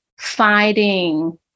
fighting